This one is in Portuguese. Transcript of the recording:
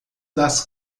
das